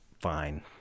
fine